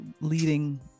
leading